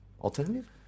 alternative